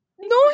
No